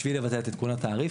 בשביל לבצע את עדכון התעריף,